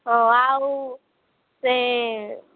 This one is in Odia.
ହଁ ଆଉ ସେ